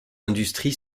industrie